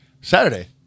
Saturday